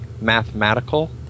mathematical